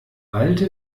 alte